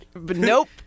Nope